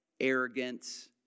arrogance